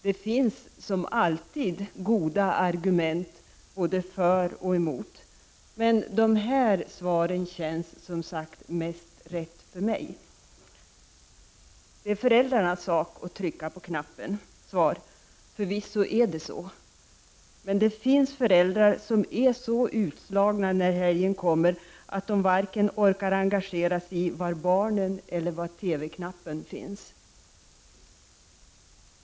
Det finns, som alltid, goda argument både för och 15 november 1989 emot. Men de här svaren känns mest rätt för mig. Låt mig kommentera på å je Åtgärder mot våldsståendena: de AR Det är föräldrarnas sak att trycka på knappen. skildringar i videogram m.m. Svar: Förvisso är det så. Men det finns föräldrar som är så utslagna när helgen kommer att de inte orkar engagera sig vare sig i var barnen eller var TV-knappen finns.